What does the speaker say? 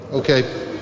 okay